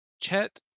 Chet